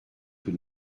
tout